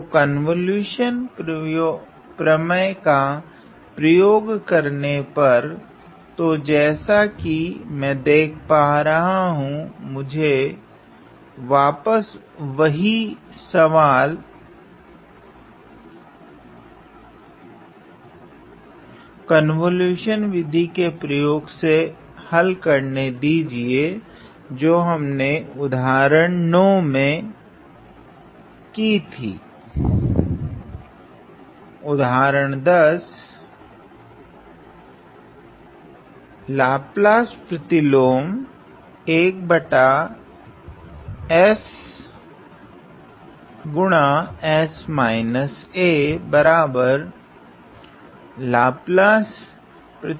तो कन्वोलुशन प्रमेय का प्रयोग करने पर तो जेसा की में देखपा रहा हूँ की मुझे वापस वही सवाल कन्वोलुशन विधियों के प्रयोग से हल करने दीजिए जो हमने उदाहरण 9 मे की थी